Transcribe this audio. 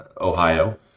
Ohio